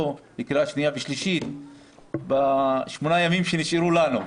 לקריאה שניה ושלישית בשמונת הימים שנשארו לנו.